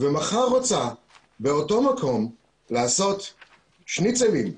ומחר רוצה באותו מקום לעשות שניצלים,